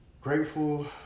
Grateful